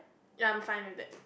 ya I'm fine with it